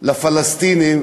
לפלסטינים